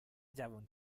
جوون